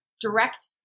direct